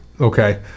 Okay